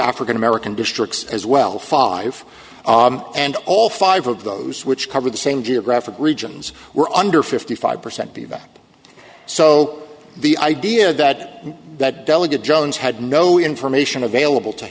african american districts as well five and all five of those which cover the same geographic regions were under fifty five percent diva so the idea that that delegate jones had no information available to